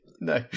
No